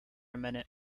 minute